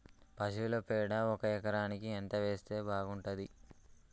పశువుల పేడ ఒక ఎకరానికి ఎంత వేస్తే బాగుంటది?